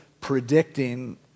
predicting